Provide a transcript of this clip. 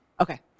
Okay